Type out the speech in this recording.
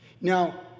Now